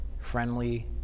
friendly